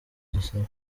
dusabe